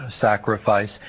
sacrifice